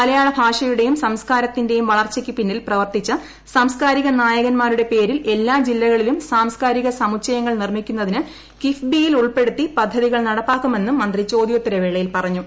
മല്യാള ഭാഷയുടെയും സംസ്ക്കാരത്തിന്റെയും വളർച്ചക്ക് പിന്നിൽ പ്രവർത്തിച്ച സാംസ്കാരിക നായകൻമാരുടെ പേരിൽ ജില്ലകളിലും സാംസ്കാരിക സമുച്ചയങ്ങൾ എല്ലാ നിർമ്മിക്കുന്നതിന് കിഫ്ബിയിൽ ഉൾപ്പെടുത്തി പദ്ധതികൾ നടപ്പാക്കുമെന്നും മന്ത്രി ചോദ്യോത്തരവേളയിൽ പറഞ്ഞു